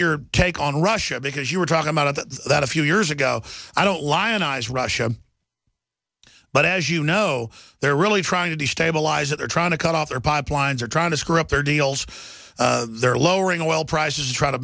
your take on russia because you were talking about that that a few years ago i don't lionize russia but as you know they're really trying to destabilize it they're trying to cut off their pipelines are trying to screw up their deals they're lowering oil prices to try to